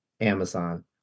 Amazon